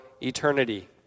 eternity